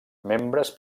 membres